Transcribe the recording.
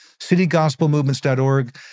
citygospelmovements.org